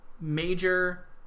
major